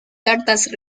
cartas